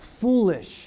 foolish